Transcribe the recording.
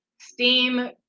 steam